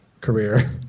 career